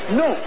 no